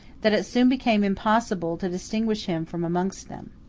that it soon became impossible to distinguish him from amongst them.